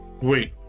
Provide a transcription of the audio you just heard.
Wait